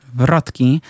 wrotki